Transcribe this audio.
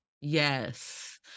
Yes